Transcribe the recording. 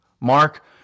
Mark